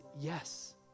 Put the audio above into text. Yes